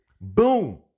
Boom